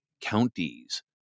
counties